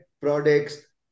products